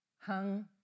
hung